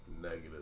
negative